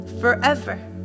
Forever